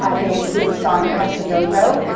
ah they include song of the dodo,